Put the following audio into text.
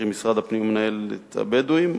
קרי משרד הפנים ומינהלת הבדואים,